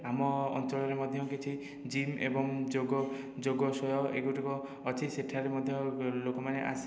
ଆମ ଅଞ୍ଚଳରେ ମଧ୍ୟ କିଛି ଜିମ୍ ଏବଂ ଯୋଗ ଯୋଗ ଏଗୁଡ଼ିକ ଅଛି ସେଠାରେ ମଧ୍ୟ ଲୋକମାନେ ଆସି